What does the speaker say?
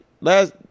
Last